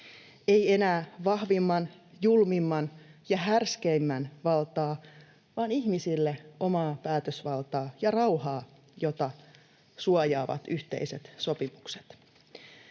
ei enää vahvimman, julmimman ja härskeimmän valtaa vaan ihmisille omaa päätösvaltaa ja rauhaa, jota suojaavat yhteiset sopimukset.